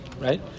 Right